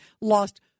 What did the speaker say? lost